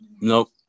Nope